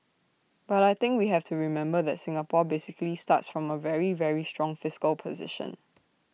but I think we have to remember that Singapore basically starts from A very very strong fiscal position